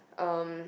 um